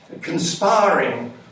conspiring